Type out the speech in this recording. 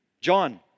John